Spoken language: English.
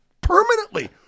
permanently